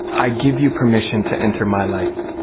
i give you permission to enter my life.